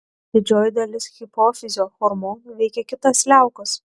didžioji dalis hipofizio hormonų veikia kitas liaukas